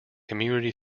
community